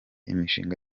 imishinga